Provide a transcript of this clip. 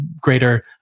greater